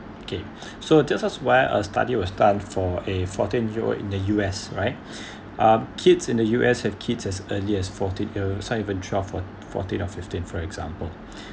okay so just now while a study was done for a fourteen year old in the U_S right um kids in the U_S have kids as early as fourteen you know it's not even twelve four~ fourteen or fifteen for example